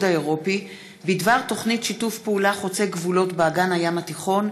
האירופי בדבר תוכנית שיתוף פעולה חוצה גבולות באגן הים התיכון,